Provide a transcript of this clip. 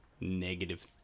negative